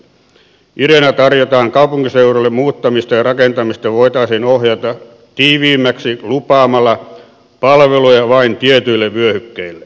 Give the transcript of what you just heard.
ideana tarjottiin kaupunkiseudulle muuttamista ja rakentamista voitaisiin ohjata tiiviimmäksi lupaamalla palveluja vain tietyillä vyöhykkeillä